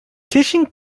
teaching